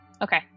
Okay